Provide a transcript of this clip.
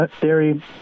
Dairy